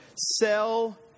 sell